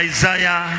Isaiah